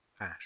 Ash